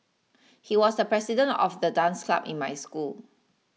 he was the president of the dance club in my school